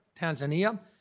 Tanzania